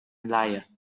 liar